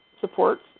supports